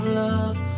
love